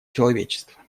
человечества